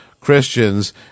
Christians